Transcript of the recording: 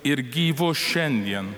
ir gyvu šiandien